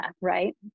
right